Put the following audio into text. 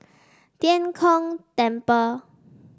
Tian Kong Temple